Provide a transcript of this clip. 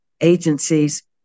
agencies